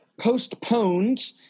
postponed